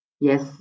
Yes